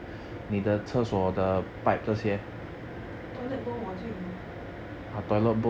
toilet bowl 我就有